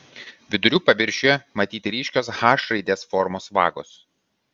vidurių paviršiuje matyti ryškios h raidės formos vagos